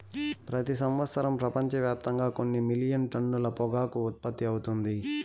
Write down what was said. ప్రతి సంవత్సరం ప్రపంచవ్యాప్తంగా కొన్ని మిలియన్ టన్నుల పొగాకు ఉత్పత్తి అవుతుంది